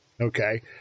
Okay